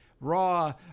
Raw